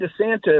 DeSantis